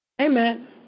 Amen